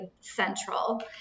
central